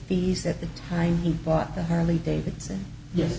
fees at the time he bought the harley davidson yes